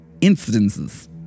Incidences